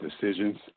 decisions